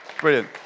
Brilliant